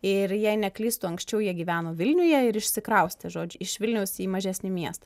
ir jei neklystu anksčiau jie gyveno vilniuje ir išsikraustė žodžiu iš vilniaus į mažesnį miestą